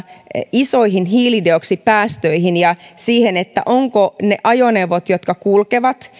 isoihin hiilidioksidipäästöihin ja siihen ovatko ne ajoneuvot jotka kulkevat